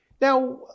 Now